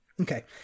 Okay